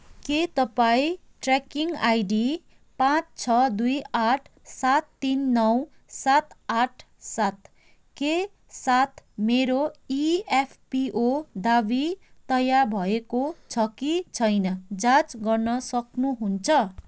के तपाईँ tracking ID पाँच छ दुई आठ सात तिन नौ सात आठ सातको साथ मेरो इएफपिओ दावी तय भएको छ कि छैन जाँच गर्न सक्नुहुन्छ